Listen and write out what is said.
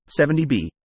70B